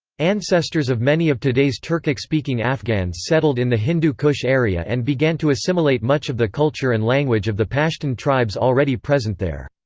ancestors of many of today's turkic-speaking afghans settled in the hindu kush area and began to assimilate much of the culture and language of the pashtun tribes already present there.